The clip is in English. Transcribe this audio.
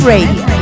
Radio